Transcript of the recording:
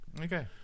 Okay